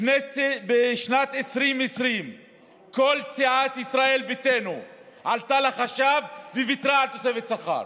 בשנת 2020 כל סיעת ישראל ביתנו עלתה לחשב וויתרה על תוספת השכר,